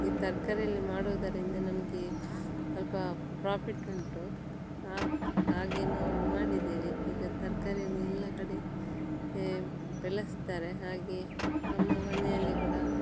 ಈ ತರಕಾರಿಯಲ್ಲಿ ಮಾಡುವುದರಿಂದ ನಮಗೆ ಸ್ವಲ್ಪ ಪ್ರಾಫಿಟ್ ಉಂಟು ಆ ಹಾಗೆ ನಾವು ಮಾಡಿದ್ದೇವೆ ಈಗ ತರಕಾರಿಯನ್ನು ಎಲ್ಲ ಕಡೆ ಎ ಬೆಳೆಸ್ತಾರೆ ಹಾಗೆ ನಮ್ಮ ಮನೆಯಲ್ಲಿ ಕೂಡ